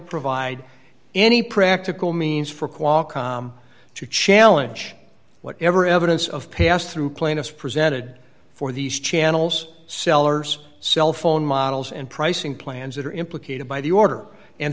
provide any practical means for qualcomm to challenge whatever evidence of past through plaintiffs presented for these channels sellers cell phone models and pricing plans that are implicated by the order